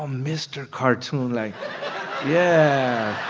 um mr. cartoon, like yeah.